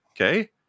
okay